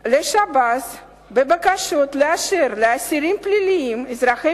לשב"ס בבקשות לאשר לאסירים פליליים אזרחי